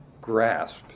grasp